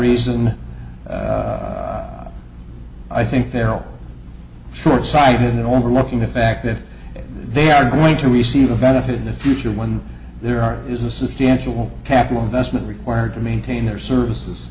reason i think they're all shortsighted in overlooking the fact that they are going to receive a benefit in the future when there are is a substantial capital investment required to maintain their services